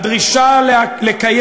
הדרישה לקיים,